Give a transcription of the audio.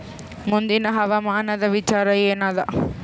ಮುಂದಿನ ಹವಾಮಾನದ ವಿಚಾರ ಏನದ?